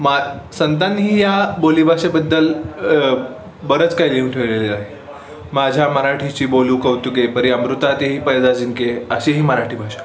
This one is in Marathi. मा संतांनीही हा बोलीभाषेबद्दल बरंच काही लिहून ठेवलेले आहे माझ्या मराठीची बोलू कौतुके परि अमृता ते ही पैजा जिंके अशी ही मराठी भाषा